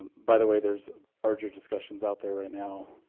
by the way, there's larger discussions out there right now